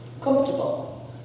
Comfortable